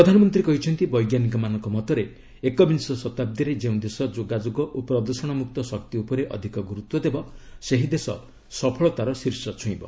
ପ୍ରଧାନମନ୍ତ୍ରୀ କହିଛନ୍ତି ବୈଜ୍ଞାନିକମାନଙ୍କ ମତରେ ଏକବିଂଶ ଶତାବ୍ଦୀରେ ଯେଉଁ ଦେଶ ଯୋଗାଯୋଗ ଓ ପ୍ରଦୂଷଣ ମୁକ୍ତ ଶକ୍ତି ଉପରେ ଅଧିକ ଗୁରୁତ୍ୱ ଦେବ ସେହି ଦେଶ ସଫଳତାର ଶୀର୍ଷ ଛୁଇଁବ